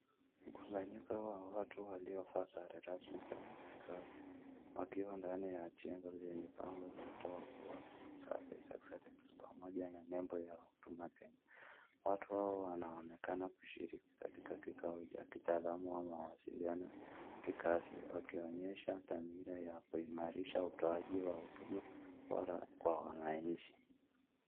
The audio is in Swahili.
Mkusanyiko wa watu waliovaa sare rasmi za kikazi wakiwa ndani ya jengo lenye bango la Toa service excellence pamoja na lebo ya huduma Kenya. Watu hao wanaonekana kushiriki katika kikao cha kitalamu ama mawasiliano ya kikazi wakionyesha dhamila ya kuimalisha utoaji wa huduma bora kwa wannanchi.